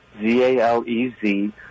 Z-A-L-E-Z